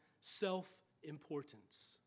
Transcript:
self-importance